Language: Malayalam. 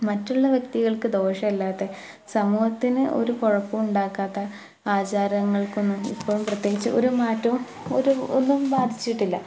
മറ്റുള്ള വ്യക്തികള്ക്ക് ദോഷം അല്ലാത്ത സമൂഹത്തിന് ഒരു കുഴപ്പവും ഉണ്ടാക്കാത്ത ആചാരങ്ങള്ക്കൊന്നും ഇപ്പം പ്രത്യേകിച്ച് ഒരു മാറ്റവും ഒന്നും ബാധിച്ചിട്ടില്ല